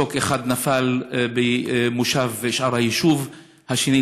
מסוק אחד נפל במושב שאר יישוב והשני,